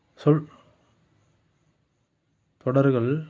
சொல் தொடர்கள்